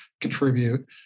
contribute